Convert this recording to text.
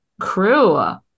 crew